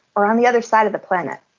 or on the other side of the planet.